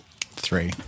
Three